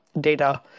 data